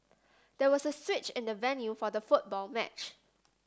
there was a switch in the venue for the football match